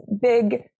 big